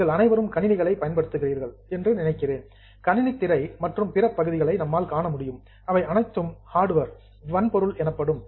நீங்கள் அனைவரும் கணினிகளை பயன்படுத்துகிறீர்கள் என்று நினைக்கிறேன் கணினித் திரை மற்றும் பிற பகுதிகளை நம்மால் காண முடியும் அவை அனைத்தும் ஹார்டுவேர் வன்பொருள் எனப்படும்